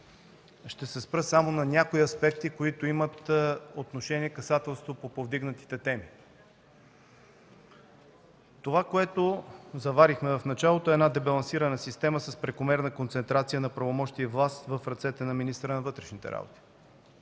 Ще се спра само на някои аспекти, които имат отношение и касателство по повдигнатите теми. Това, което заварихме в началото – една дебалансирана система с прекомерна концентрация на правомощия и власт в ръцете на министъра на вътрешните работи.